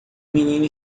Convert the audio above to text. menina